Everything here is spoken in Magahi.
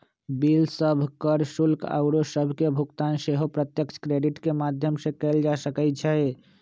बिल सभ, कर, शुल्क आउरो सभके भुगतान सेहो प्रत्यक्ष क्रेडिट के माध्यम से कएल जा सकइ छै